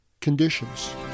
conditions